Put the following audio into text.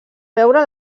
veure